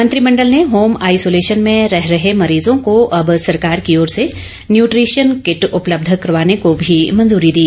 मंत्रिमंडल ने home isolation में रह रहे मरीजों को अब सरकार की ओर से न्यूट्रिशियन किट उपलब्ध करवाने को भी मंजूरी दी